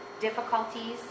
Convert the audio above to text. difficulties